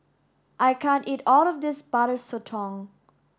I can't eat all of this Butter Sotong